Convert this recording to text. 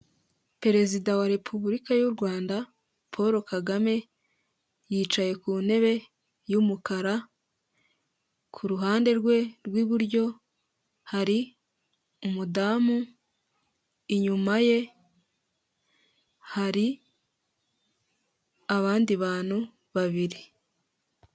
Perezida wa repubulika y'u Rwanda Paul Kagame, yicaye ku ntebe y'umukara, ku ruhande rwe rw'iburyo hari umudamu, inyuma ye hari abandi bantu babiri.